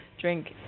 drink